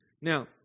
Now